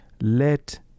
Let